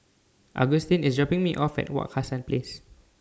Agustin IS dropping Me off At Wak Hassan Place